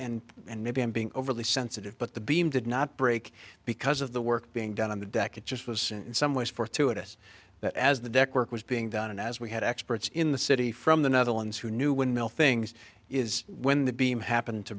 and and maybe i'm being overly sensitive but the beam did not break because of the work being done on the deck it just was in some ways fortuitous as the deck work was being done as we had experts in the city from the netherlands who knew when mail things is when the beam happened to